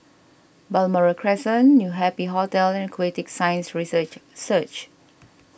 Balmoral Crescent New Happy Hotel and Aquatic Science Research Centre